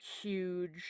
huge